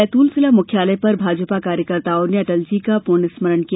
बैतूल जिला मुख्यालय पर भाजपा कार्यकर्ताओं ने अटलजी का पुण्य स्मरण किया